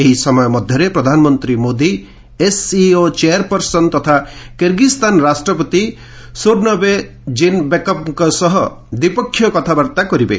ଏହି ସମୟ ମଧ୍ୟରେ ପ୍ରଧାନମନ୍ତ୍ରୀ ମୋଦି ଏସ୍ସିଓ ଚେୟାର୍ପର୍ସନ୍ ତଥା କିରିଗିଜ୍ସ୍ଥାନ ରାଷ୍ଟ୍ରପତି ସୁରନ୍ବେ ଜିନ୍ବେକବ୍ଙ୍କ ସହ ଦ୍ୱିପକ୍ଷୀୟ କଥାବାର୍ତ୍ତା କରିବେ